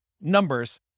numbers